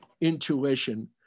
intuition